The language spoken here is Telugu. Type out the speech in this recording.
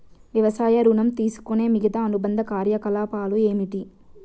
వ్యవసాయ ఋణం తీసుకునే మిగితా అనుబంధ కార్యకలాపాలు ఏమిటి?